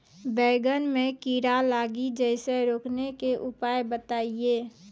बैंगन मे कीड़ा लागि जैसे रोकने के उपाय बताइए?